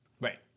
Right